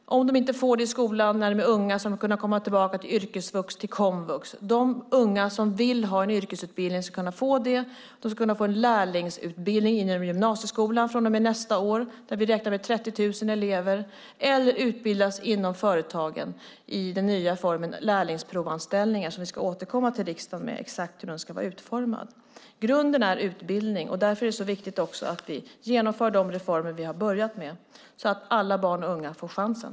Om de inte får det i skolan när de är unga ska de kunna komma tillbaka till yrkesvux och komvux. De unga som vill ha en yrkesutbildning ska kunna få det. De ska kunna få en lärlingsutbildning inom gymnasieskolan från och med nästa år - vi räknar med 30 000 elever - eller utbildas inom företagen i den nya formen lärlingsprovanställningar, som vi ska återkomma till riksdagen med när det gäller exakt hur den ska vara utformad. Grunden är utbildning, och därför är det så viktigt att vi genomför de reformer vi har börjat med så att alla barn och ungdomar får chansen.